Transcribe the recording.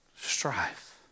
strife